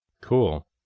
Cool